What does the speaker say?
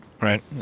Right